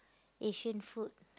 Asian food